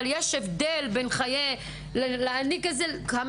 אבל יש הבדל בחיים כדי להעניק נורמטיביות כמה